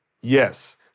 yes